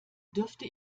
dürfte